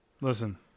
Listen